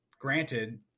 granted